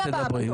תדברי.